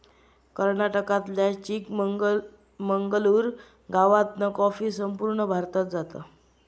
कर्नाटकातल्या चिकमंगलूर गावातना कॉफी संपूर्ण भारतात जाता